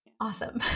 Awesome